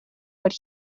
what